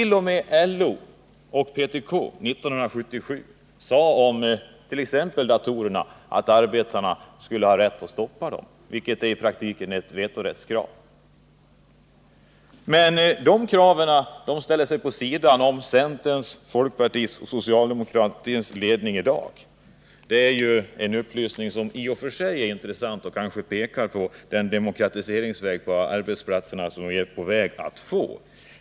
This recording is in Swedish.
LO och PTK sade 1977 om t.ex. datorerna att arbetarna skulle ha rätt att stoppa dem, vilket ju i praktiken är ett vetorättskrav. Men de kraven ställer sig centerns, folkpartiets och socialdemokratins ledning vid sidan om i dag. Detta är en upplysning som i och för sig är intressant och som kanske pekar på den demokratiseringsvåg på arbetsplatserna som vi är på väg att få.